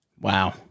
Wow